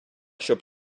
щоб